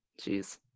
Jeez